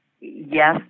yes